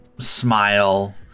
smile